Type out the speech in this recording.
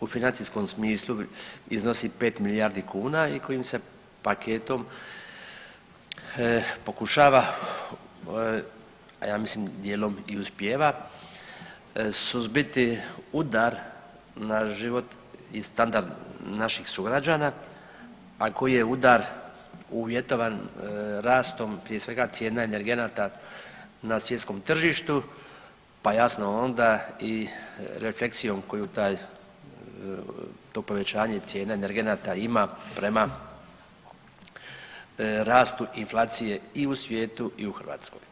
u financijskom smislu iznosi 5 milijardi kuna i kojim se paketom pokušava, a ja mislim dijelom i uspijeva suzbiti udar na život i standard naših sugrađana, a koji je udar uvjetovan rastom prije svega cijena energenata na svjetskom tržištu pa jasno onda i refleksijom koju taj, to povećanje cijena energenata ima prema rastu inflacije i u svijetu i u Hrvatskoj.